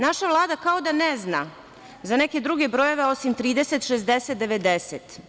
Naša Vlada kao da ne zna za neke druge brojeve osim 30, 60, 90.